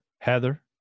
Heather